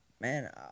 man